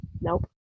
nope